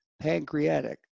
pancreatic